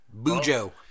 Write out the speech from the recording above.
Bujo